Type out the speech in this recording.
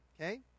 Okay